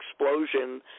explosion